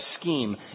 scheme